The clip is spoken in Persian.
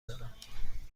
دارم